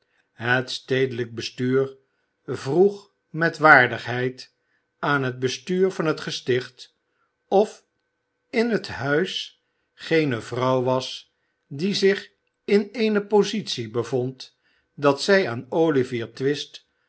het stedelijk bestuur vroeg met waardigheid aan het bestuur van het gesticht of in het huis geene vrouw was die zich in eene positie bevond dat zij aan olivier twist